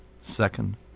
Second